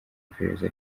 iperereza